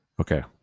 Okay